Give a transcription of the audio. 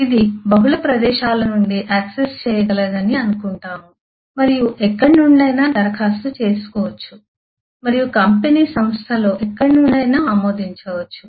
ఇది బహుళ ప్రదేశాల నుండి యాక్సెస్ చేయగలదని అనుకుంటాము మరియు ఎక్కడి నుండైనా దరఖాస్తు చేసుకోవచ్చు మరియు కంపెనీ సంస్థలో ఎక్కడి నుండైనా ఆమోదించవచ్చు